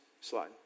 slide